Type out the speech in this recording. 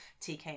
TK